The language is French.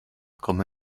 comme